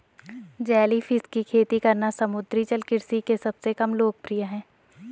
jellyfish की खेती करना समुद्री जल कृषि के सबसे कम लोकप्रिय है